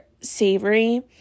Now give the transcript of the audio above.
savory